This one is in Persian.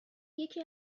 یکی